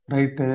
Right